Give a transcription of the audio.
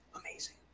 amazing